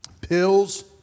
pills